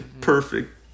perfect